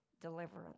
deliverance